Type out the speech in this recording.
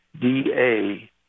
DA